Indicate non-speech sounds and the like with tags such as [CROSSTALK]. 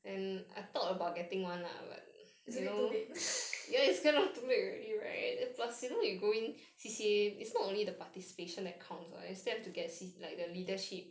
it's a bit too late [LAUGHS]